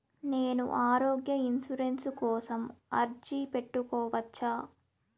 నేను ఆరోగ్య ఇన్సూరెన్సు కోసం అర్జీ పెట్టుకోవచ్చా?